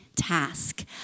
task